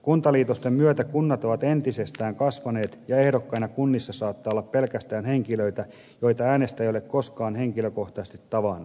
kuntaliitosten myötä kunnat ovat entisestään kasvaneet ja ehdokkaina kunnissa saattaa olla pelkästään henkilöitä joita äänestäjä ei ole koskaan henkilökohtaisesti tavannut